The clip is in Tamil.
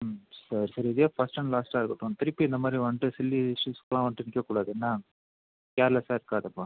ம் சரி சரி இதுவே ஃபர்ஸ்ட் அண்ட் லாஸ்ட்டாக இருக்கட்டும் திருப்பி இந்த மாதிரி வந்துட்டு சில்லி இஷ்யூஸ்கெலாம் வந்துட்டு நிற்கக் கூடாது என்ன கேர்லஸ்ஸாக இருக்காதேப்பா